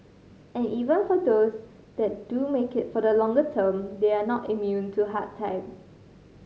and even for those that do make it for the longer term they are not immune to hard times